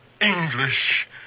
English